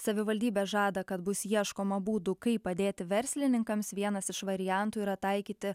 savivaldybė žada kad bus ieškoma būdų kaip padėti verslininkams vienas iš variantų yra taikyti